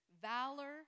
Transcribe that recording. valor